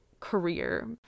Career